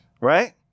Right